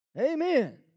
Amen